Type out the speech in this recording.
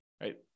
right